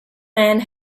man